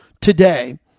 today